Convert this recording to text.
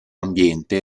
ambiente